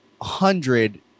hundred